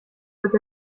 with